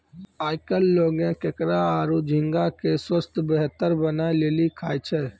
आयकल लोगें केकड़ा आरो झींगा के स्वास्थ बेहतर बनाय लेली खाय छै